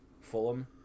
Fulham